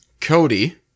Cody